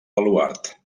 baluard